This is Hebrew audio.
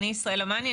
אני ישראלה מני,